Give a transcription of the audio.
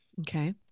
Okay